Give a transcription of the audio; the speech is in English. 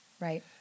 Right